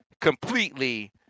completely